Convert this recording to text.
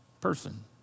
person